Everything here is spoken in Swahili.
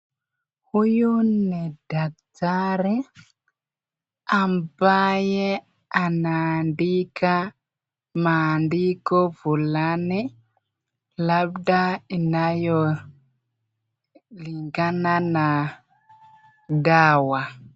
Huyu ni daktari ambaye anandika maandiko fulani, labda inayo lingana na dawa.